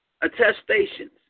attestations